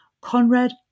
Conrad